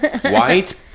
White